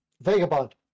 Vagabond